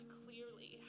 clearly